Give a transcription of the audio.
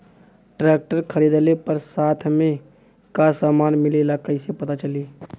Tractor खरीदले पर साथ में का समान मिलेला कईसे पता चली?